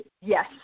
yes